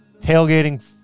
tailgating